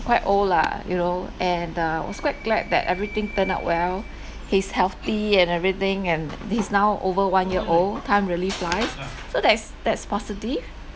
quite old lah you know and uh I was quite glad that everything turn out well he's healthy and everything and he's now over one year old time really flies so that is that's positive